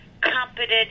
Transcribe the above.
competent